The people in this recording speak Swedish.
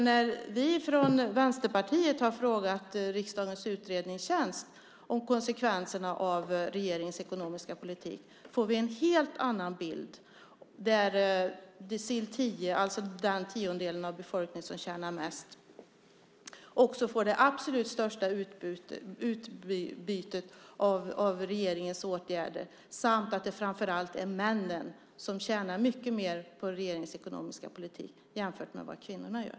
När vi från Vänsterpartiet har frågat riksdagens utredningstjänst om konsekvenserna av regeringens ekonomiska politik har vi fått en helt annan bild. De i decil 10, den tiondel av befolkningen som tjänar mest, får det absolut största utbytet av regeringens åtgärder, och det är framför allt männen som tjänar mycket mer på regeringens ekonomiska politik jämfört med vad kvinnorna gör.